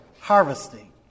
harvesting